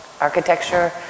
architecture